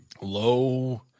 Low